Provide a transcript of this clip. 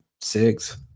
six